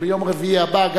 שביום רביעי הבא,